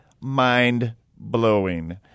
mind-blowing